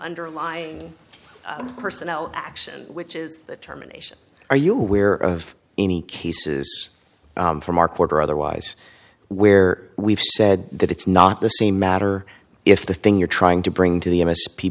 underlying personnel action which is the terminations are you aware of any cases from our quarter otherwise where we've said that it's not the same matter if the thing you're trying to bring to the m s p